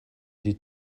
die